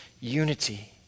unity